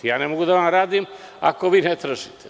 Ne mogu da vam radim ako vi ne tražite.